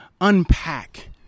unpack